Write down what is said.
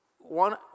one